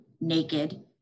naked